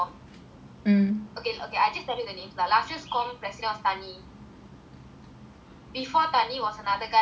okay okay I just tell you the names lah last year's committee president was tani before tani was another guy called subu